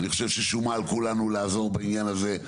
אני חושב ששומה על כולנו לעזור בעניין הזה.